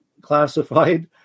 classified